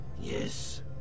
Yes